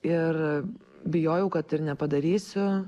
ir bijojau kad ir nepadarysiu